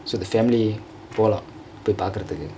so the family போலாம் போய் பாக்கரதற்கு:polaam poi paakrathuku